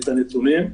הנתונים,